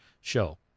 show